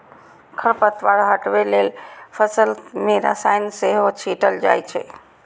खरपतवार हटबै लेल फसल मे रसायन सेहो छीटल जाए छै